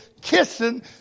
kissing